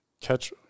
catch